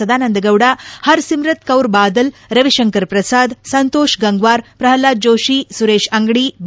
Sadananda Gowda Harsimrat Kaur Badal Ravishankar Prasad Santosh Gangwar Pralhad Joshi Suresh Angadi B